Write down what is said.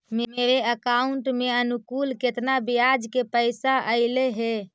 मेरे अकाउंट में अनुकुल केतना बियाज के पैसा अलैयहे?